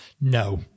No